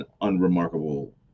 unremarkable